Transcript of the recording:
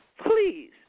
please